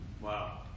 Wow